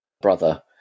brother